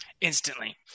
Instantly